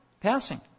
passing